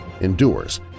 endures